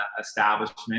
establishment